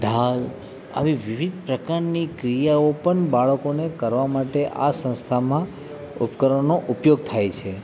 ઢાલ આવી વિવિધ પ્રકારની ક્રિયાઓ પણ બાળકોને કરવા માટે આ સંસ્થામાં ઉપકરણોનો ઉપયોગ થાય છે